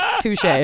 Touche